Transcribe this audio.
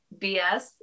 BS